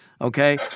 Okay